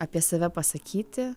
apie save pasakyti